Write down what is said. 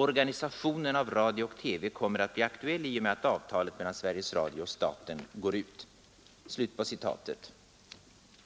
Organisationen av radio och TV kommer att bli aktuell i och med att avtalet mellan Sveriges Radio och staten går ut.”